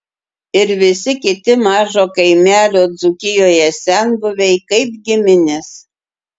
ir visi kiti mažo kaimelio dzūkijoje senbuviai kaip giminės